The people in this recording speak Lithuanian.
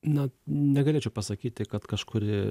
na negalėčiau pasakyti kad kažkuri